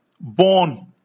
born